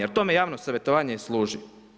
Jer tome javno savjetovanje i služi.